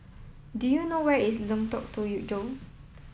do you know where is Lengkok Tujoh